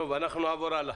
נעבור הלאה.